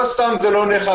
לא סתם זה לא נאכף.